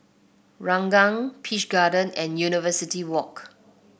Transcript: Ranggung Peach Garden and University Walk